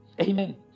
Amen